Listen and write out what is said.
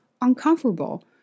uncomfortable